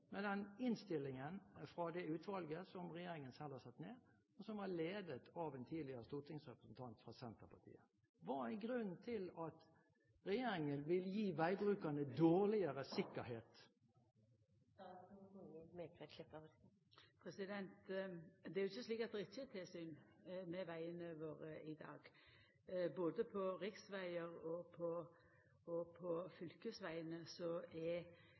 med den innstillingen fra det utvalget som regjeringen selv har satt ned, og som var ledet av en tidligere stortingsrepresentant fra Senterpartiet. Hva er grunnen til at regjeringen vil gi veibrukerne dårligere sikkerhet? Det er jo ikkje slik at det ikkje er tilsyn med vegane våre i dag. Både på riksvegane og på fylkesvegane er f.eks. Statens vegvesen eller andre ute og sørgjer for tryggleik. Skjer det ei ulykke, er